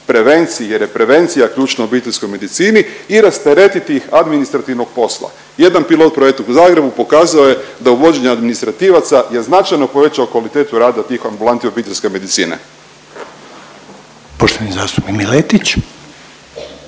prevenciji, jer je prevencija ključna u obiteljskoj medicini i rasteretiti ih administrativnog posla. Jedan pilot projekt u Zagrebu pokazao je da uvođenje administrativaca je značajno povećao kvalitetu rada tih ambulanti obiteljske medicine. **Reiner,